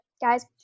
guys